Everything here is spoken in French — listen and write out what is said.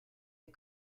les